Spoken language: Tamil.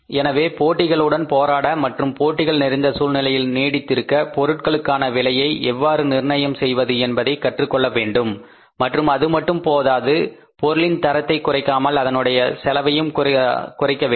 எனவே போட்டிகளுடன் போராட மற்றும் போட்டிகள் நிறைந்த சூழ்நிலையில் நீடித்திருக்க பொருட்களுக்கான விலையை எவ்வாறு நிர்ணயம் செய்வது என்பதை கற்றுக் கொள்ள வேண்டும் மற்றும் அது மட்டும் போதாது பொருளின் தரத்தை குறைக்காமல் அதனுடைய செலவையும் குறைக்க வேண்டும்